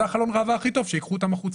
זה חלון הראווה הכי טוב שייקחו אותם החוצה.